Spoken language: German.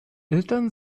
eltern